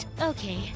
Okay